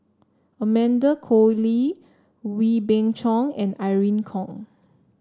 Amanda Koe Lee Wee Beng Chong and Irene Khong